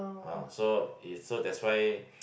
ah so is so that's why